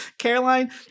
Caroline